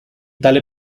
tal